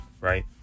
right